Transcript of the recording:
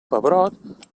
pebrot